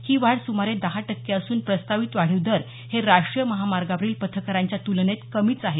ही वाढ सुमारे दहा टक्के असून प्रस्तावित वाढीव दर हे राष्ट्रीय महामार्गावरील पथकरांच्या तुलनेत कमीच आहेत